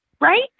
right